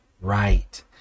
right